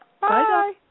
Bye